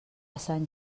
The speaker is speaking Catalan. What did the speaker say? sant